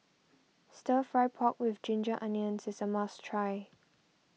Stir Fry Pork with Ginger Onions is a must try